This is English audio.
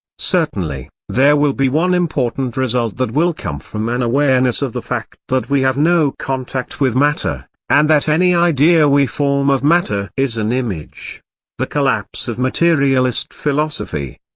certainly, there will be one important result that will come from an awareness of the fact that we have no contact with matter, and that any idea we form of matter is an image the collapse of materialist philosophy.